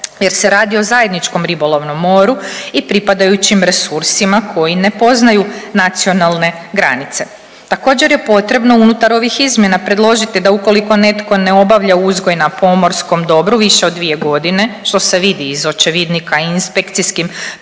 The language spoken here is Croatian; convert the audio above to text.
jer se radi o zajedničkom ribolovnom moru i pripadajućim resursima koji ne poznaju nacionalne granice. Također je potrebno unutar ovih izmjena predložiti, da ukoliko netko ne obavlja uzgoj na pomorskom dobru više od dvije godine što se vidi iz očevidnika i inspekcijskim pregledom